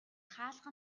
хаалга